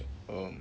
um